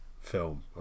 film